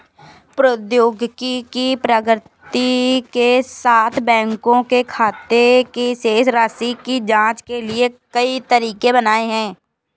प्रौद्योगिकी की प्रगति के साथ, बैंकों ने खाते की शेष राशि की जांच के लिए कई तरीके बनाए है